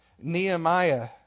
Nehemiah